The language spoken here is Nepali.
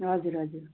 हजुर हजुर